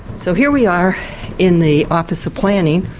so here we are in the office of planning.